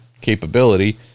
capability